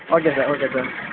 okay sir okay sir